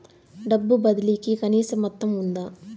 డబ్బు బదిలీ కి కనీస మొత్తం ఉందా?